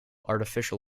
artificial